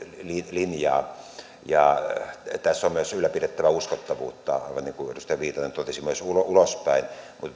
linjaa tässä on ylläpidettävä uskottavuutta aivan niin kuin edustaja viitanen totesi myös ulospäin